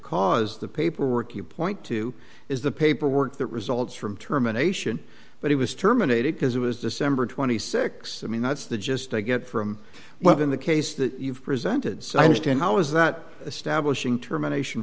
cause the paperwork you point to is the paperwork that results from termination but he was terminated because it was december twenty six i mean that's the gist i get from well in the case that you've presented so i understand how is that establishing termination